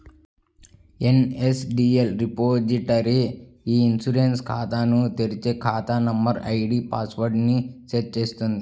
NSDL repository e insurance ఖాతాను తెరిచి, ఖాతా నంబర్, ఐడీ పాస్ వర్డ్ ని సెట్ చేస్తుంది